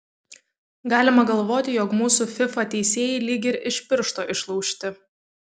galima galvoti jog mūsų fifa teisėjai lyg ir iš piršto išlaužti